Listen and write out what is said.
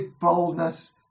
boldness